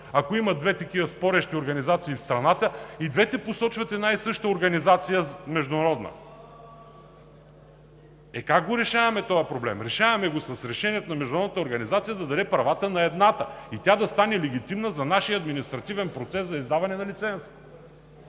ако има две такива спорещи организации в страната, и двете посочват една и съща международна организация. (Шум и реплики.) Как решаваме този проблем? Решаваме го с решението на Международната организация да даде правата на едната и тя да стане легитимна за нашия административен процес за издаване на лиценз.